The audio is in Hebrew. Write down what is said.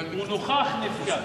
הוא נוכח נפקד.